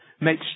make